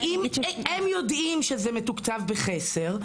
הם יודעים שזה מתוקצב בחסר,